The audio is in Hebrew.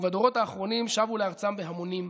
ובדורות האחרונים שבו לארצם בהמונים,